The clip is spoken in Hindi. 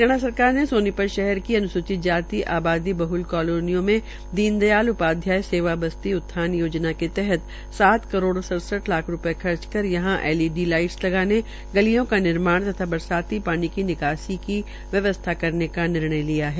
हरियाणा सरकार ने सोनीपत शहर के अन्सूचित जाति आबादी बहल कालोनियों में दीन दयाल उपाध्यय सेवा भारती बस्ती उत्थान के तहत सात करोड़ सड़सठ लाख रूपये खर्च कर यहां एलईडी लाईटस लगाने गलियो का निर्माण तथा बरसाती पानी की निकासी की व्यवस्था करने का निर्णय किया है